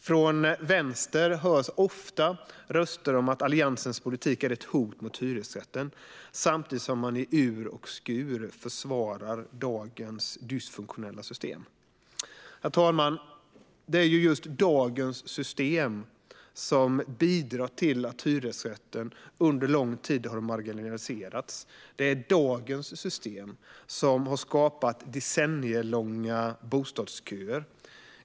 Från vänster hörs ofta röster om att Alliansens politik är ett hot mot hyresrätten, samtidigt som man i ur och skur försvarar dagens dysfunktionella system. Herr talman! Det är just dagens system som bidragit till att hyresrätten under lång tid marginaliserats. Det är dagens system som har skapat decennielånga bostadsköer.